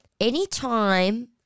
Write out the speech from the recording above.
Anytime